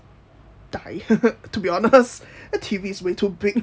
die to be honest the T_V is way too big